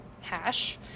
hash